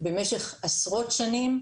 במשך עשרות שנים,